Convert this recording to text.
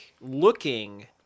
looking